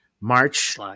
March